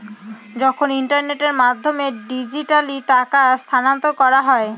যখন ইন্টারনেটের মাধ্যমে ডিজিট্যালি টাকা স্থানান্তর করা হয়